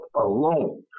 alone